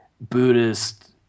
Buddhist